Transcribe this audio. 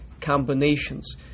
combinations